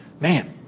Man